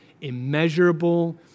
immeasurable